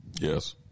Yes